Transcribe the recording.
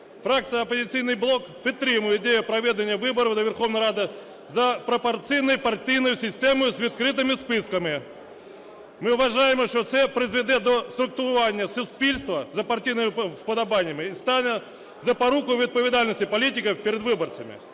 Фракція "Опозиційний блок" підтримує ідею проведення виборів до Верховної Ради за пропорційною партійною системою з відкритими списками. Ми вважаємо, що це призведе до структурування суспільства за партійними вподобаннями і стане запорукою відповідальності політиків перед виборцями.